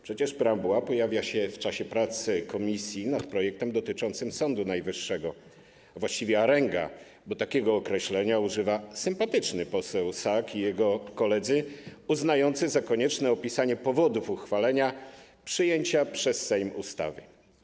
Przecież preambuła pojawia się w czasie pracy komisji nad projektem dotyczącym Sądu Najwyższego, a właściwie arenga, bo takiego określenia używa sympatyczny poseł Sak i jego koledzy, uznający za konieczne opisanie powodów uchwalenia, przyjęcia przez Sejm ustawy.